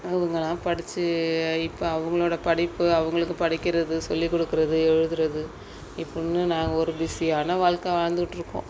அவங்கள்லாம் படித்து இப்போ அவங்களோட படிப்பு அவங்களுக்கு படிக்கிறது சொல்லி கொடுக்கறது எழுதுகிறது இப்புடின்னு நாங்கள் ஒரு பிஸியான வாழ்க்கை வாழ்ந்துட்டுருக்கோம்